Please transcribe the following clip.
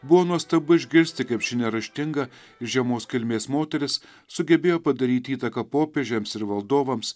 buvo nuostabu išgirsti kaip ši neraštinga žemos kilmės moteris sugebėjo padaryti įtaką popiežiams ir valdovams